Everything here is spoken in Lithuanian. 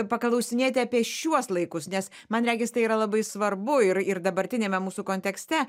paklausinėti apie šiuos laikus nes man regis tai yra labai svarbu ir ir dabartiniame mūsų kontekste